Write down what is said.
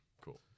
Cool